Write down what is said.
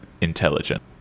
intelligent